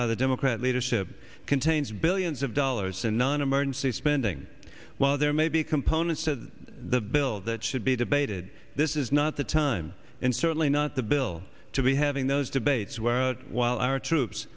by the democrat leadership contains billions of dollars in non emergency spending while there may be components to the bill that should be debated this is not the time and certainly not the bill to be having those debates where a while our troops